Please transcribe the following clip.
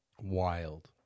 Wild